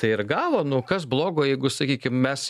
tai ir gavo nu kas blogo jeigu sakykim mes